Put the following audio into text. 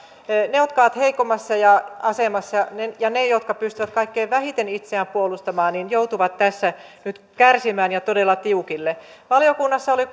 ne jotka ovat heikommassa asemassa ja ne jotka pystyvät kaikkein vähiten itseään puolustamaan joutuvat tässä nyt kärsimään ja todella tiukille valiokunnassa oli